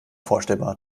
vorstellbar